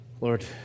Lord